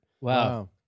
Wow